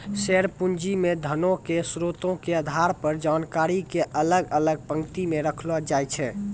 share पूंजी मे धनो के स्रोतो के आधार पर जानकारी के अलग अलग पंक्ति मे रखलो जाय छै